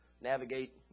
navigate